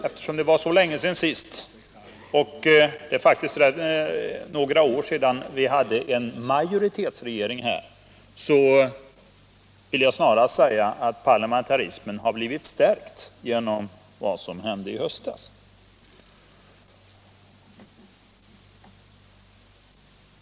Eftersom det var så länge sedan det hände senast och det faktiskt är några år sedan vi hade en majoritetsregering, vill jag snarast säga att parlamentarismen har blivit stärkt genom vad som hände i höstas.